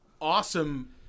awesome